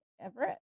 Everett